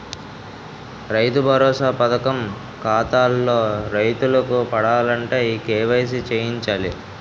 రైతు భరోసా పథకం ఖాతాల్లో రైతులకు పడాలంటే ఈ కేవైసీ చేయించాలి